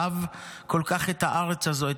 אהב כל כך את הארץ הזאת,